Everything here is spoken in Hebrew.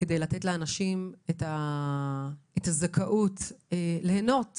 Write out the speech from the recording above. כדי לתת לאנשים את הזכאות ליהנות מהטבה,